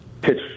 pitch